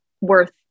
worth